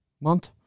month